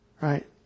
Right